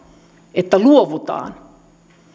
että luovutaan